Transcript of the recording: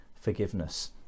forgiveness